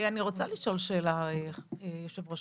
יושבת-ראש